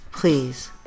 Please